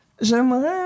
j'aimerais